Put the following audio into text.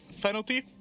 penalty